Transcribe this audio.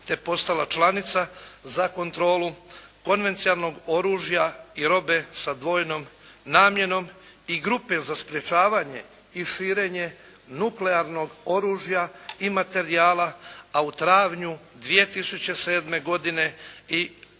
te postala članica za kontrolu konvencionalnog oružja i robe sa dvojnom namjenom i grupe za sprječavanje i širenje nuklearnog oružja i materijala a u travnju 2007. godine i